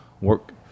work